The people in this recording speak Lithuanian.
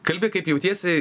kalbi kaip jautiesi